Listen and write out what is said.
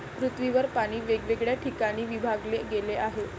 पृथ्वीवर पाणी वेगवेगळ्या ठिकाणी विभागले गेले आहे